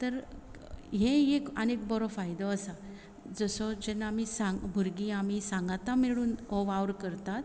तर हें एक आनी बरो फायदो आसा जसो जेन्ना आमी सांग भुरगीं आमी सांगाता मेळून हो वावर करतात